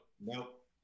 nope